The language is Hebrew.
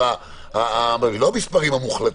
לא המספרים המוחלטים.